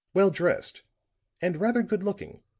well-dressed and rather good-looking,